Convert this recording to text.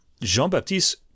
Jean-Baptiste